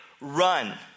run